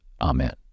Amen